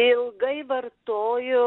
ilgai vartoju